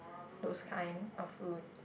those kind of food